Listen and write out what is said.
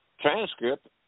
transcript